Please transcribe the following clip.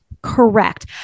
Correct